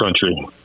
country